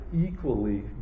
equally